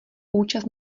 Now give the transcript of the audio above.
účast